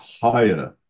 higher